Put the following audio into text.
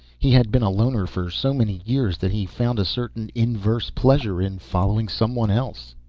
he had been a loner for so many years that he found a certain inverse pleasure in following someone else.